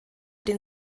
den